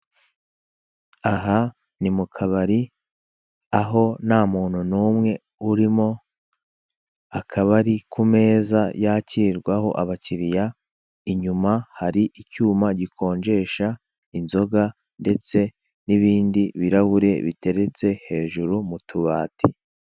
Aha ni mu kabari aho ntamuntu n'umwe urimo, akaba ari ku meza yakirirwaho abakiriya. Inyuma hari icyuma gikonjesha inzoga ndetse n'ibindi birahure biteretse hejuru mu tubati.